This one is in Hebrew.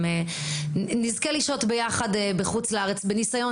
נזכה לשהות ביחד בחוץ לארץ בניסיון